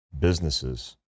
businesses